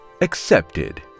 Accepted